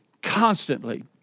Constantly